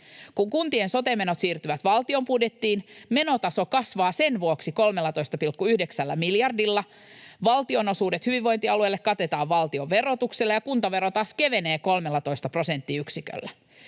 Kun kuntien sote-menot siirtyvät valtion budjettiin, menotaso kasvaa sen vuoksi 13,9 miljardilla, valtionosuudet hyvinvointialueille katetaan valtionverotuksella ja kuntavero taas kevenee 13 prosenttiyksiköllä.